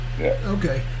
Okay